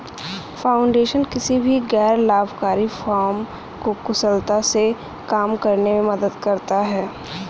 foundation किसी भी गैर लाभकारी फर्म को कुशलता से काम करने में मदद करता हैं